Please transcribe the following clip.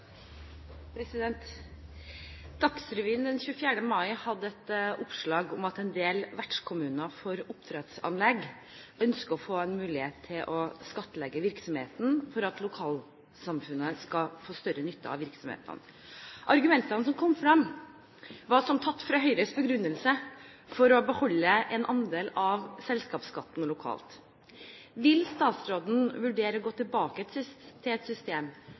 mai hadde et oppslag om at en del vertskommuner for oppdrettsanlegg ønsket å få en mulighet til å skattlegge virksomhetene for at lokalsamfunnet skulle få større nytte av virksomhetene. Argumentene som kom frem, var som tatt